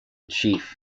chief